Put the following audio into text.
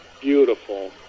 Beautiful